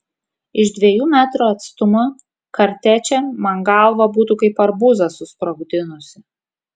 iš dviejų metrų atstumo kartečė man galvą būtų kaip arbūzą susprogdinusi